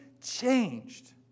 changed